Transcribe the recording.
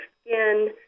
skin